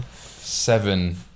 seven